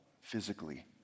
physically